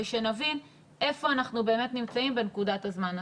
שנבין איפה אנחנו באמת נמצאים בנקודת הזמן הזו.